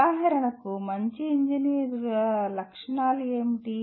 ఉదాహరణకు మంచి ఇంజనీర్ల లక్షణాలు ఏమిటి